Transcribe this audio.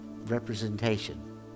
representation